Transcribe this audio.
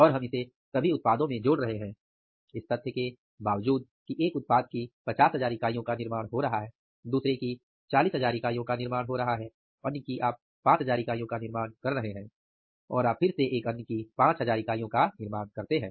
और हम इसे सभी उत्पादों में जोड़ रहे हैं इस तथ्य के बावजूद कि 1 उत्पाद की 50000 इकाइयों का निर्माण हो रहा है दुसरे की आप 40000 इकाइयों का निर्माण कर रहे हैं अन्य की आप 5000 इकाइयों का निर्माण कर रहे हैं और आप फिर से एक अन्य की 5000 इकाइयों का निर्माण कर रहे हैं